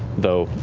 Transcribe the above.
though,